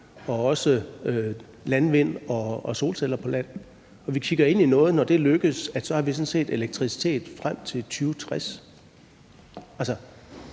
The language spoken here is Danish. og også landvind og solceller på land. Vi kigger ind i noget, hvor vi, når det lykkes, sådan set har elektricitet frem til 2060. Jeg